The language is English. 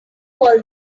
call